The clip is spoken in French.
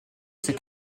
ses